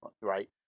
Right